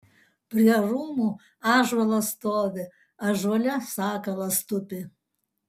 prie rūmų ąžuolas stovi ąžuole sakalas tupi